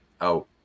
out